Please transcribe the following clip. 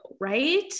right